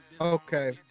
Okay